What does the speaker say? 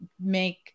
make